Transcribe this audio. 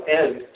end